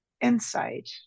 insight